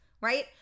right